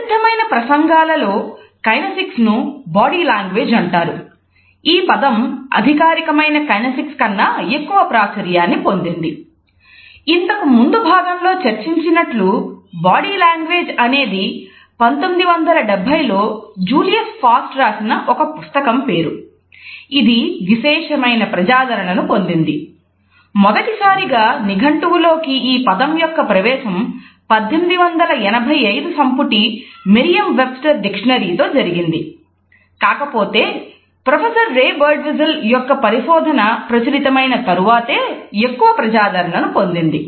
ప్రసిద్ధమైన ప్రసంగాలలో కైనేసిక్స్ యొక్క పరిశోధన ప్రచురితమైన తరువాతే ఎక్కువ ప్రజాదరణను పొందింది